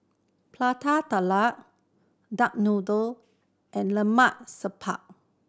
Prata Telur duck noodle and Lemak Siput